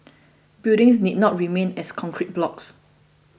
buildings need not remain as concrete blocks